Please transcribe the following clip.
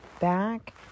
back